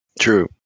True